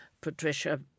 Patricia